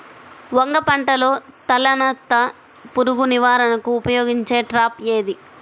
వంగ పంటలో తలనత్త పురుగు నివారణకు ఉపయోగించే ట్రాప్ ఏది?